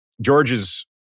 George's